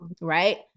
right